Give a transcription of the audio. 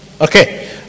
Okay